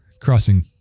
Crossing